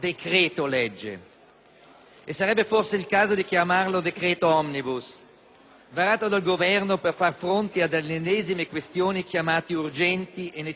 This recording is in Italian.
- sarebbe forse il caso di chiamarlo decreto *omnibus* - varato dal Governo per far fronte alle ennesime questioni chiamate urgenti e necessarie.